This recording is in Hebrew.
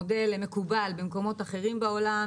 זה מודל שמקובל במקומות אחרים בעולם,